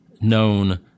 known